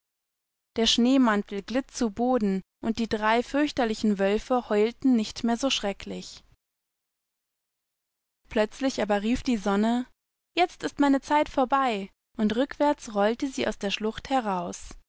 daßdertrollzuseufzenundzuklagenbegann derschneemantel glitt zu boden und die drei fürchterlichen wölfe heulten nicht mehr so schrecklich plötzlich aber rief die sonne jetzt ist meine zeit vorbei und rückwärtsrolltesieausderschluchtheraus daließdertrollseinedreiwölfe los undaufeinmalkamendernordwind diekälteunddiefinsternisausder schluchtherausgestürztundmachtenjagdaufdiesonne